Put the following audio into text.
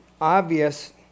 obvious